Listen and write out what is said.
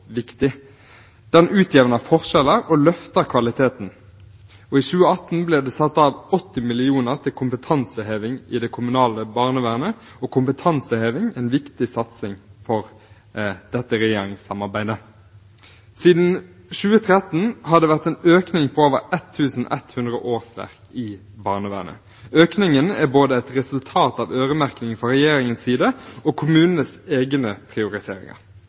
viktig. Det utjevner forskjeller og løfter kvaliteten. I 2018 ble det satt av 80 mill. kr til kompetanseheving i det kommunale barnevernet, og kompetanseheving er en viktig satsing for dette regjeringssamarbeidet. Siden 2013 har det vært en økning på over 1 100 årsverk i barnevernet. Økningen er et resultat av både øremerking fra regjeringens side og